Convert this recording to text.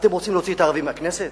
אתם רוצים להוציא את הערבים מהכנסת?